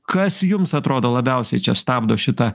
kas jums atrodo labiausiai čia stabdo šitą